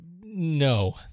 No